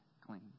clean